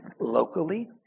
Locally